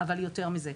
אבל יתרה מזאת,